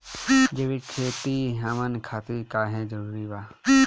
जैविक खेती हमन खातिर काहे जरूरी बा?